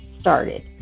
started